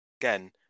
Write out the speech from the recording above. Again